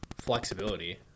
flexibility